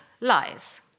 lies